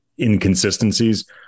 inconsistencies